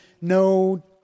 no